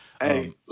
Hey